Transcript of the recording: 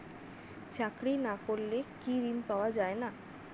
চাকরি না করলে কি ঋণ পাওয়া যায় না?